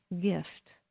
gift